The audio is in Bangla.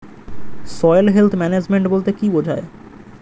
সয়েল হেলথ ম্যানেজমেন্ট বলতে কি বুঝায়?